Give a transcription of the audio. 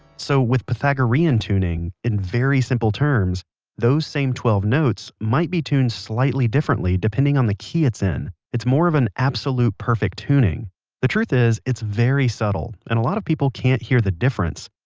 so with pythagorean tuning, in very simple terms those same twelve notes, might be tuned slightly differently depending on the key it's in. it's more of an absolute perfect tuning the truth is it's very subtle and a lot of people can't hear the difference.